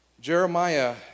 Jeremiah